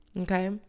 okay